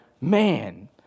man